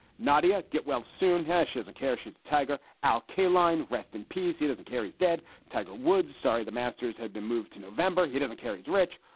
nadia, get well soon. hesh has a care. she's tiger alkaline rest in peace. he doesn't care is dead. tiger woods. sorry the masters had been moved to november. he doesn't care. he's rich.